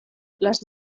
las